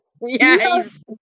Yes